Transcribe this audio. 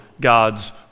God's